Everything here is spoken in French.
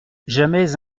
jamais